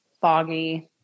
foggy